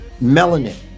melanin